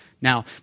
Now